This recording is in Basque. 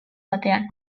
batean